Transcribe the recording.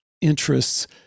interests